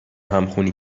همخوانی